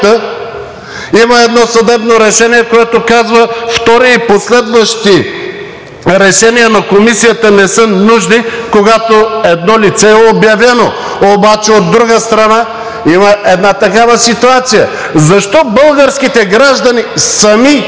има едно съдебно решение, което казва: „втори и последващи решения на Комисията не са нужни, когато едно лице е обявено“. Обаче, от друга страна, има една такава ситуация – защо българските граждани сами